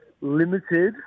limited